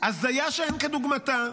הזיה שאין כדוגמתה.